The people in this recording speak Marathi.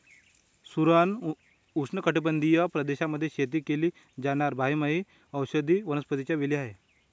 सुरण उष्णकटिबंधीय प्रदेशांमध्ये शेती केली जाणार बारमाही औषधी वनस्पतीच्या वेली आहे